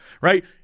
right